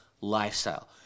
lifestyle